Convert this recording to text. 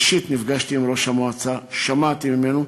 אישית נפגשתי עם ראש המועצה, שמעתי ממנו.